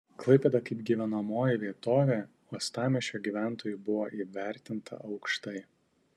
klaipėda kaip gyvenamoji vietovė uostamiesčio gyventojų buvo įvertinta aukštai